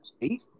eight